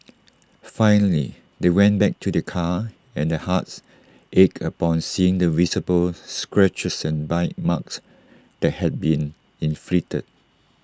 finally they went back to their car and their hearts ached upon seeing the visible scratches and bite marks that had been inflicted